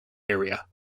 area